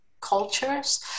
cultures